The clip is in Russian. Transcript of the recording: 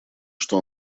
что